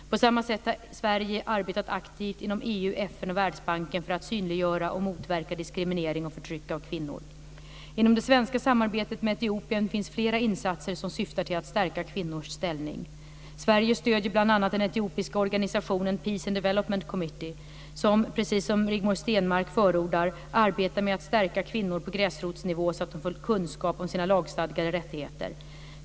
På samma sätt har Sverige arbetat aktivt inom EU, FN och Världsbanken för att synliggöra och motverka diskriminering och förtryck av kvinnor. Inom det svenska samarbetet med Etiopien finns flera insatser som syftar till att stärka kvinnors ställning. Sverige stödjer bl.a. den etiopiska organisationen Peace and Development Committee, som - precis som Rigmor Stenmark förordar - arbetar med att stärka kvinnor på gräsrotsnivå så att de får kunskap om sina lagstadgade rättigheter.